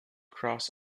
cross